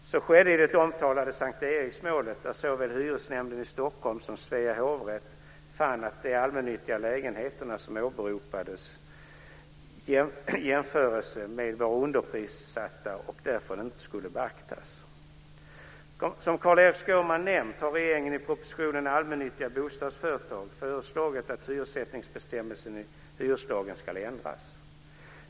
Så skedde i det omtalade S:t Eriksmålet, där såväl Hyresnämnden i Stockholm som Svea hovrätt fann att de allmännyttiga lägenheter som det åberopades jämförelse med var underprissatta och därför inte skulle beaktas. Som Carl-Erik Skårman nämnt har regeringen i propositionen Allmännyttiga bostadsföretag föreslagit att hyressättningsbestämmelsen i hyreslagen ska ändras.